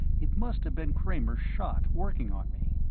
it must have been kramer's shot working on me.